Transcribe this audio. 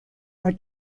are